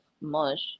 mush